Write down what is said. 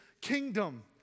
kingdom